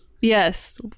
Yes